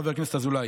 חבר הכנסת אזולאי.